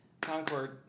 Concord